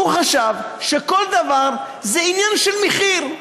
הוא חשב שכל דבר זה עניין של מחיר.